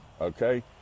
okay